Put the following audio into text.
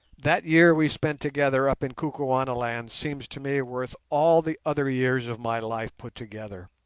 that year we spent together up in kukuanaland seems to me worth all the other years of my life put together.